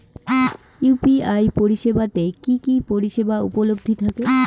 UPI পরিষেবা তে কি কি পরিষেবা উপলব্ধি থাকে?